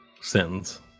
sentence